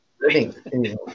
Living